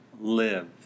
live